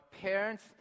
parents